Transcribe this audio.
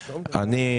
אני,